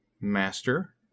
Master